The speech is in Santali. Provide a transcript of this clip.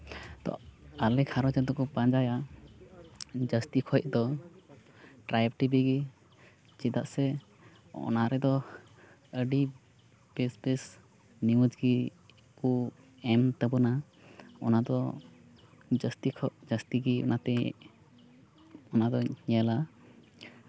ᱛᱚ ᱟᱞᱮ ᱜᱷᱟᱸᱨᱚᱡᱽ ᱨᱮᱫᱚ ᱠᱚ ᱯᱟᱸᱡᱟᱭᱟ ᱡᱟᱹᱥᱛᱤ ᱠᱷᱚᱡ ᱫᱚ ᱴᱨᱟᱭᱤᱵᱽ ᱴᱤᱵᱷᱤ ᱜᱮ ᱪᱮᱫᱟᱜ ᱥᱮ ᱚᱱᱟ ᱨᱮᱫᱚ ᱟᱹᱰᱤ ᱵᱮᱥ ᱵᱮᱥ ᱱᱤᱭᱩᱡᱽ ᱜᱮ ᱠᱚ ᱮᱢ ᱛᱟᱵᱚᱱᱟ ᱚᱟ ᱫᱚ ᱡᱟᱹᱥᱛᱤ ᱠᱷᱚᱡ ᱡᱟᱹᱥᱛᱤ ᱜᱮ ᱚᱱᱟᱛᱮ ᱚᱱᱟᱫᱩᱧ ᱧᱮᱞᱟ